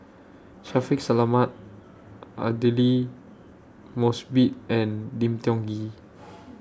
Shaffiq Selamat Aidli Mosbit and Lim Tiong Ghee